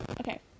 Okay